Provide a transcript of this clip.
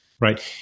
right